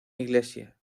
iglesia